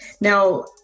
Now